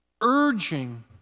urging